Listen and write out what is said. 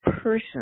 person